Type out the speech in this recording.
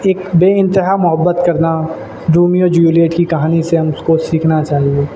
ایک بےانتہا محبت کرنا رومیو جولیٹ کی کہانی سے ہم کو سیکھنا چاہیے